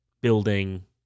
building